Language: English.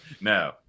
No